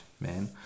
man